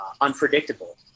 unpredictable